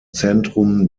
zentrum